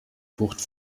bucht